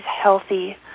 healthy